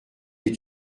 est